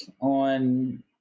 on